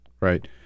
Right